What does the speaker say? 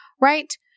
right